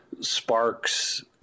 sparks